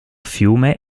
fiume